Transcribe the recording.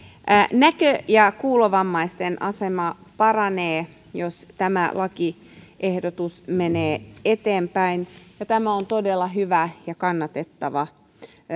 näkö ja kuulovammaisten asema paranee jos tämä lakiehdotus menee eteenpäin ja tämä on todella hyvä ja kannatettava